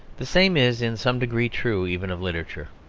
the same is in some degree true even of literature.